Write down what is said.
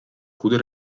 goede